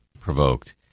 provoked